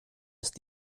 ist